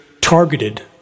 targeted